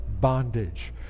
bondage